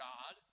God